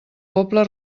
poble